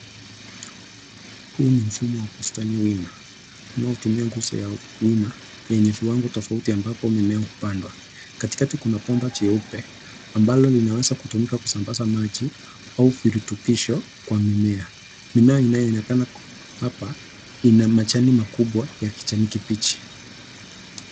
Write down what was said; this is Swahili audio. Huu ni mfumo wa kistali wima unaotumia nguzo ya wima yenye viwango tofauti ambayo mimea hupandwa, katikati kuna bomba jeupe ambalo linaweza kutumika kusambaza maji au virutubisho kwa mimea, mimea inayoonekana hapa ina majani makubwa ya kijani kibichi.